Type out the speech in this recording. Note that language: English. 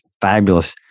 fabulous